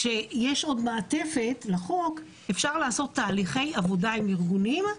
כשיש מעטפת לחוק אפשר לעשות תהליכי עבודה עם ארגונים.